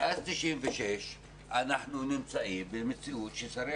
מאז 1996 אנחנו נמצאים במציאות ששרי